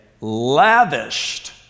lavished